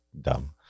dumb